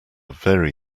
very